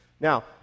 Now